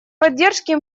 поддержки